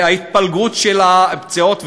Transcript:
ההתפלגות של הפציעות,